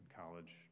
college